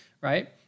right